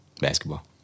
Basketball